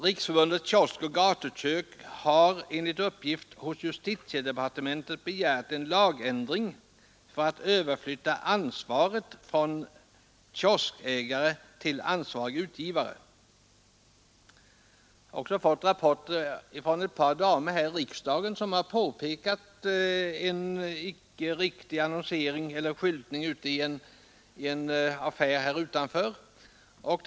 Riksförbundet Kioskoch gatukök har enligt uppgift hos justitiedepartementet begärt en lagändring för att överflytta ansvaret från kioskägare till ansvarig utgivare. Jag har också fått rapporter från ett par damer här i riksdagen, som har påpekat en olämplig skyltning i en affär utanför riksdagshuset.